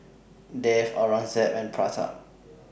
Dev Aurangzeb and Pratap